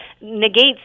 negates